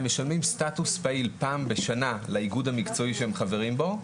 הם משלמים סטטוס פעיל פעם בשנה לאיגוד המקצועי שהם חברים בו.